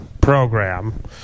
program